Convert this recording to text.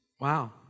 Wow